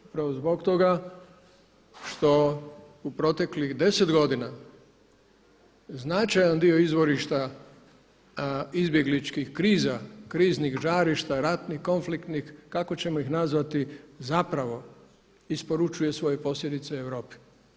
Upravo zbog toga što u proteklih 10 godina značajan dio izvorišta izbjegličkih kriza, kriznih žarišta, ratnih, konfliktnih ili kako ćemo ih nazvati zapravo isporučuje svoje posljedice Europi.